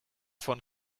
von